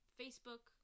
facebook